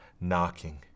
knocking